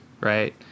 right